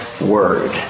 word